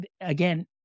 again